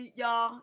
y'all